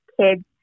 kids